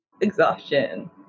Exhaustion